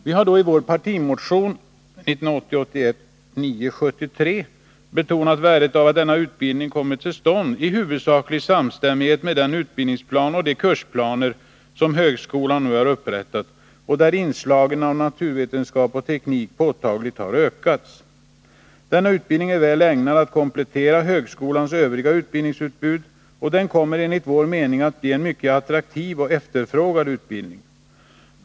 Vi hari vår partimotion 1980/81:973 betonat värdet av att denna utbildning kommer till stånd i huvudsaklig samstämmighet med den utbildningsplan och de kursplaner som högskolan nu har upprättat och där inslagen av naturvetenskap och teknik påtagligt har ökats. Denna utbildning är väl ägnad att komplettera högskolans övriga utbildningsutbud, och den kommer enligt vår mening att bli mycket attraktiv och efterfrågad.